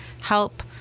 help